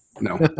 no